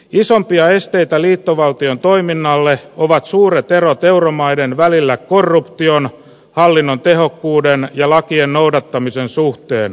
isompia esteitä liittovaltion toiminnalle ovat suuret erot euromaiden välillä korruption hallinnon tehokkuuden ja lakien noudattamisen suhteen